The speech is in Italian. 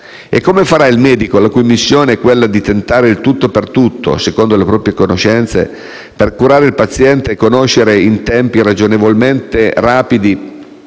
E come farà il medico, la cui missione è quella di tentare il tutto per tutto, secondo le proprie conoscenze, per curare il paziente, a conoscere in tempi ragionevolmente rapidi